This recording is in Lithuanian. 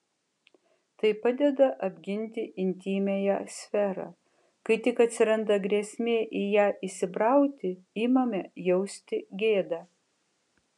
tai padeda apginti intymiąją sferą kai tik atsiranda grėsmė į ją įsibrauti imame jausti gėdą